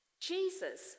Jesus